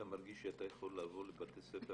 אתה מרגיש שאתה יכול לבוא לבתי ספר